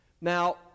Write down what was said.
Now